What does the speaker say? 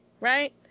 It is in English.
Right